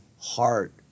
heart